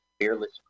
fearless